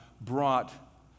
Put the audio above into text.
brought